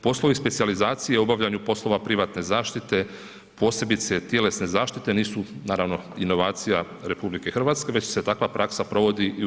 Poslovi specijalizacije u obavljanju poslova privatne zaštite posebice tjelesne zaštite nisu naravno inovacija RH već se takva praksa provodi i u EU.